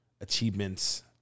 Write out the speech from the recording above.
achievements